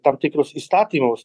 tam tikrus įstatymus